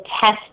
test